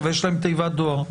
אבל יש להם תיבת דואר.